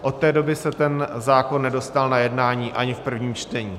Od té doby se ten zákon nedostal na jednání ani v prvním čtení.